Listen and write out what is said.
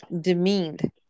demeaned